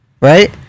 right